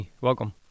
Welcome